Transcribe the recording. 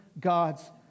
God's